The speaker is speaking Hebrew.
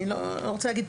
אני חושב,